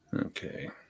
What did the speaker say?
Okay